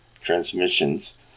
transmissions